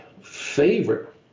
favorite